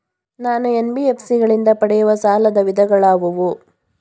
ನಾನು ಎನ್.ಬಿ.ಎಫ್.ಸಿ ಗಳಿಂದ ಪಡೆಯುವ ಸಾಲದ ವಿಧಗಳಾವುವು?